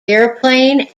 airplane